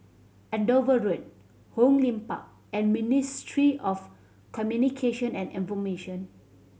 Andover Road Hong Lim Park and Ministry of Communication and Information